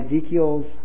Ezekiel's